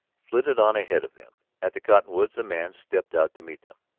flitted on ahead of them. at the cottonwoods a man stepped out to meet them.